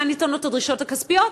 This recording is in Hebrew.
אולי ניתן לו את הדרישות הכספיות,